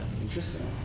Interesting